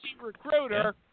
Recruiter